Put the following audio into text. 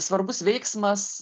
svarbus veiksmas